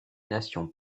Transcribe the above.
nations